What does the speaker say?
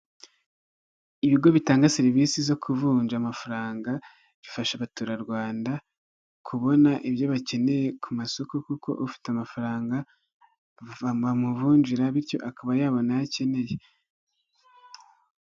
Ibigo bitanga serivisi zo kuvunja amafaranga bifasha abaturarwanda kubona ibyo bakeneye ku masoko kuko ufite amafaranga bamuvunjira bityo akaba yabona ayo akeneye.